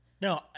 No